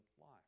life